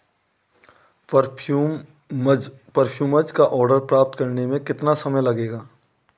perfumes perfumes का order प्राप्त करने में कितना समय लगेगा